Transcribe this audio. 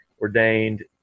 ordained